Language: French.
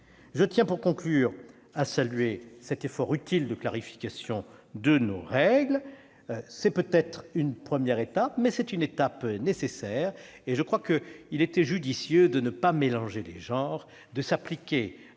Je tiens, pour conclure, à saluer cet effort utile de clarification de nos règles. Il ne s'agit peut-être que d'une première étape, mais c'est une étape nécessaire. Il était judicieux de ne pas mélanger les genres et de s'appliquer